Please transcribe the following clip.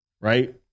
Right